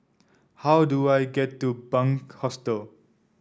how do I get to Bunc Hostel